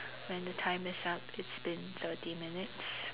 when the time is up it's been thirty minutes